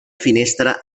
finestra